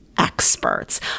experts